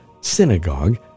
Synagogue